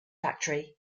factory